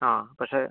ആ പക്ഷേ